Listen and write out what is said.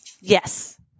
Yes